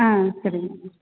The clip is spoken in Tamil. ஆ சரிங்க